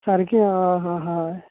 सारकें हां हां हय